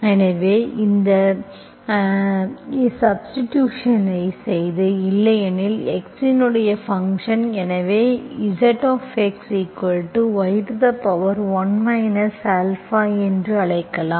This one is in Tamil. எனவே இந்த சாப்ஸ்டிடூஷன்ஐ செய்து இல்லையெனில் x இன் ஃபங்க்ஷன் எனவே இதை Zx y1 α என்று அழைக்கலாம்